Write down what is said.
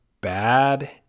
bad